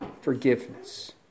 forgiveness